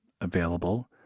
Available